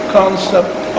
concept